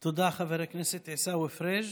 תודה, חבר הכנסת עיסאווי פריג'.